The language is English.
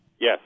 Yes